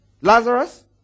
lazarus